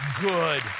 good